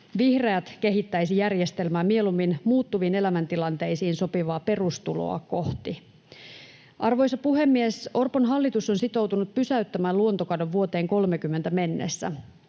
Vihreät kehittäisi järjestelmää mieluummin muuttuviin elämäntilanteisiin sopivaa perustuloa kohti. [Sheikki Laakson välihuuto] Arvoisa puhemies! Orpon hallitus on sitoutunut pysäyttämään luontokadon vuoteen 30 mennessä,